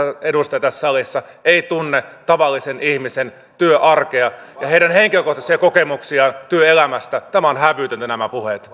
edustaja tässä salissa ei tunne tavallisen ihmisen työarkea ja heidän henkilökohtaisia kokemuksiaan työelämästä tämä on hävytöntä nämä puheet